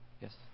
Yes